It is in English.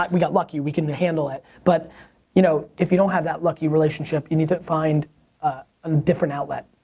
um we got lucky. we can handle it. but you know if you don't have that lucky relationship, you need to find a and different outlet.